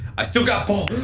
i still got ball!